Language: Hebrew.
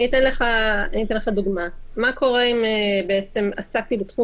אני אתן לך דוגמה: מה קורה אם עסקתי בתחום